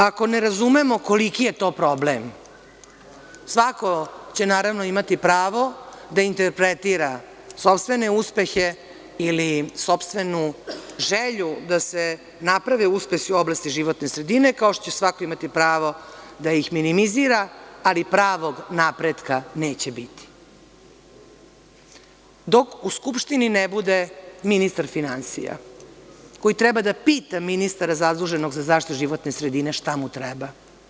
Ako ne razumemo koliki je to problem, svako će naravno imati pravo da interpretira sopstvene uspehe ili sopstvenu želju da se naprave uspesi u oblasti životne sredine, kao što će svako imati pravo da ih minimizira, ali pravog napretka neće biti dok u Skupštini ne bude ministar finansija koji treba da pita ministra zaduženog za zaštitu životne sredine šta mu treba.